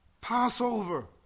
Passover